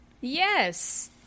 Yes